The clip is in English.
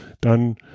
dann